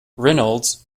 reynolds